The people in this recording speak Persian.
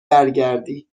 برگردی